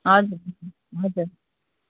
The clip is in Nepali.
हजुर हजुर